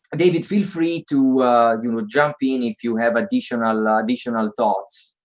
david, feel free to you know jump in if you have additional ah additional thoughts.